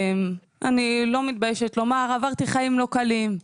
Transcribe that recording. אני לא מתביישת לומר, עברתי חיים לא קלים,